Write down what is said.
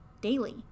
daily